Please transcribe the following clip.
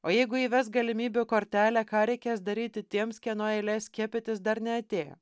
o jeigu įves galimybių kortelę ką reikės daryti tiems kieno eilė skiepytis dar neatėjo